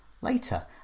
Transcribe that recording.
later